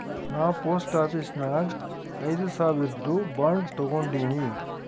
ನಾ post office ನಾಗ್ ಐಯ್ದ ಸಾವಿರ್ದು ಬಾಂಡ್ ತಗೊಂಡಿನಿ